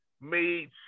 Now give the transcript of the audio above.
made